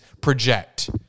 project